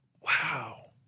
Wow